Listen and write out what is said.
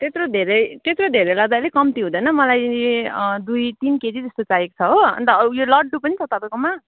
त्यत्रो धेरै त्यत्रो धेरै लाँदा अलिक कम्ती हुँदैन मलाई दुई तिन केजी जस्तो चाहिएको छ हो अन्त उयो लड्डु पनि छ तपाईँकोमा